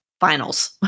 finals